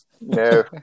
No